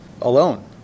alone